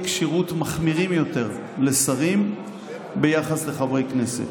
כשירות מחמירים יותר לשרים ביחס לחברי כנסת.